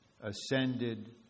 ascended